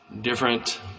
different